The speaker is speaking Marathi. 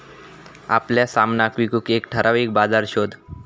आपल्या सामनाक विकूक एक ठराविक बाजार शोध